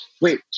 Wait